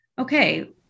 Okay